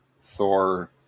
Thor